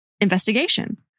investigation